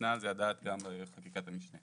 ניתנה על זה הדעת גם בחקיקת המשנה.